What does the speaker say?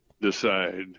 decide